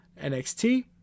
NXT